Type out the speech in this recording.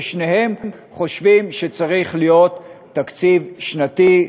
ושניהם חושבים שצריך להיות תקציב שנתי,